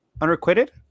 unrequited